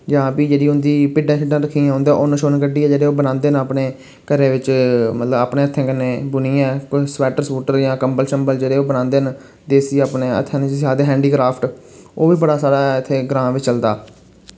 जां फ्ही जेह्ड़ी उं'दी भिड्डां शिड्डां रक्खी दियां उं'दा उन्न शुन्न कड्डियै जेह्ड़े ओह् बनांदे न अपने घरे बिच मतलब अपने हत्थें कन्नै बुनियै किश स्वैटर स्वूटर जां कम्बल शम्बल जेह्ड़े ओह् बनांदे न देसी अपने हत्थें नै जिसी आखदे हैंडीक्राफ्ट ओह् बी बड़ा सारा इत्थै ग्रां विच चलदा